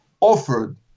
offered